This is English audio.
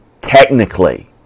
technically